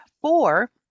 four